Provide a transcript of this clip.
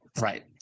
Right